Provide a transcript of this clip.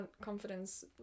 confidence